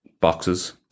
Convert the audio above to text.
boxes